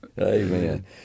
Amen